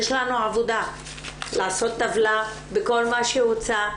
יש לנו עבודה לעשות טבלה בכל מה שהוצע,